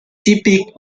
typique